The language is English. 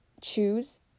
choose